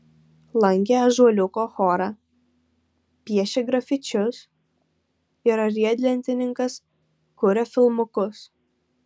lankė ąžuoliuko chorą piešia grafičius yra riedlentininkas kuria filmukus